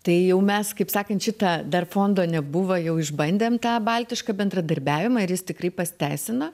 tai jau mes kaip sakant šita dar fondo nebuvo jau išbandėm tą baltišką bendradarbiavimą ir jis tikrai pasiteisino